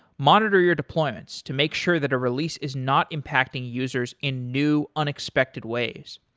monitor your deployments to make sure that a release is not impacting users in new unexpected ways.